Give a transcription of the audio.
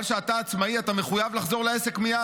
אבל כשאתה עצמאי, אתה מחויב לחזור לעסק מייד.